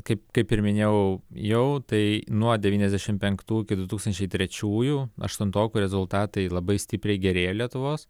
kaip kaip ir minėjau jau tai nuo devyniasdešimt penktų iki du tūkstančiai trečiųjų aštuntokų rezultatai labai stipriai gerėja lietuvos